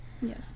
yes